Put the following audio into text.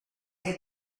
que